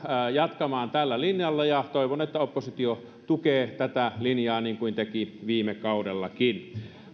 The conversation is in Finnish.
jatkamaan tällä linjalla ja toivon että oppositio tukee tätä linjaa niin kuin teki viime kaudellakin